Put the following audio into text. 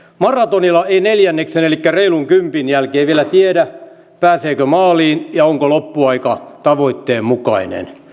maratonilla ei neljänneksen elikkä reilun kympin jälkeen vielä tiedä pääseekö maaliin ja onko loppuaika tavoitteen mukainen